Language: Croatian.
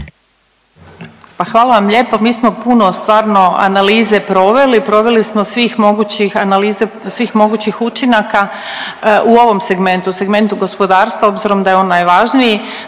hvala vam lijepo. Mi smo puno stvarno analize proveli, proveli smo od svih mogućih analize svih mogućih učinaka u ovom segmentu, segmentu gospodarstva obzirom da je on najvažniji,